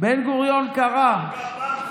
בן-גוריון קרא,